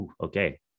Okay